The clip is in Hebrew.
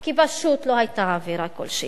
כי פשוט לא היתה עבירה כלשהי.